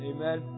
Amen